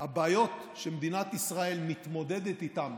הבעיות שמדינת ישראל מתמודדת איתן